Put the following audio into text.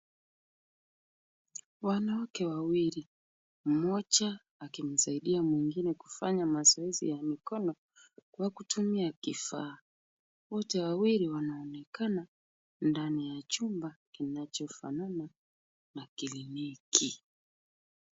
Wanawake wawili. Mmoja akimsaidia mwingine kufanya mazoezi ya mikono kwa kutumia kifaa. Wote wawili wanaonekana ndani ya chumba kinachofanana na kliniki.